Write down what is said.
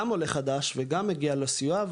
גם עולה חדש וגם מגיע לו סיוע,